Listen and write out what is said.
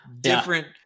different